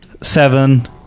seven